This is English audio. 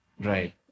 Right